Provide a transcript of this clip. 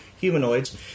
humanoids